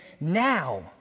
now